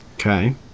Okay